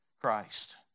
Christ